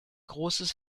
großes